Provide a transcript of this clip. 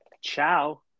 Ciao